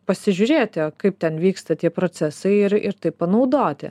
pasižiūrėti kaip ten vyksta tie procesai ir ir tai panaudoti